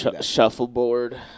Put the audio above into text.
shuffleboard